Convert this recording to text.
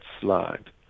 slide